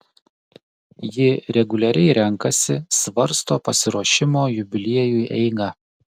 ji reguliariai renkasi svarsto pasiruošimo jubiliejui eigą